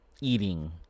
eating